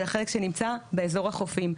ולחלק שנמצא באזור החופים.